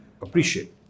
appreciate